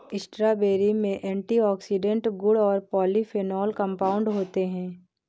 strawberry में antioxidant गुण और पॉलीफेनोल कंपाउंड होते हैं